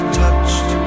touched